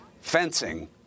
fencing